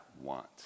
want